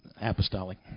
apostolic